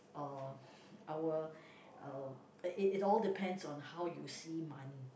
uh I will um it it all depends on how you see money